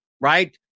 right